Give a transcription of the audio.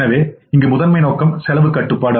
எனவே இங்கு முதன்மை நோக்கம் செலவு கட்டுப்பாடு